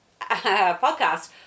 podcast